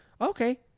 okay